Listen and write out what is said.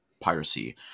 piracy